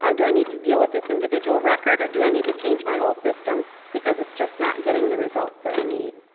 um do i need to deal with this individual record or do i need to change my whole system because it's just not getting the results that i need?